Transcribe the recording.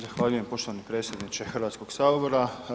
Zahvaljujem poštovani predsjedniče Hrvatskog sabora.